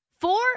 four